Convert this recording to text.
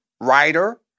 writer